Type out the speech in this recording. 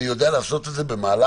אני יודע לעשות את זה במהלך